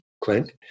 Clint